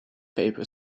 pepper